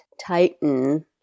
Titan